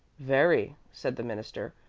very, said the minister,